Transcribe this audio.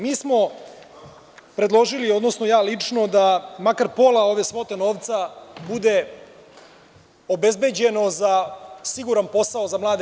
Mi smo predložili, odnosno ja lično, da makar pola ove svote novca bude obezbeđeno za siguran posao za mlade